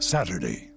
Saturday